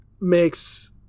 makes –